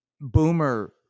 Boomer